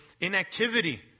inactivity